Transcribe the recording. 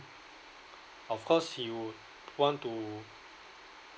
of course he would want to